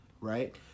right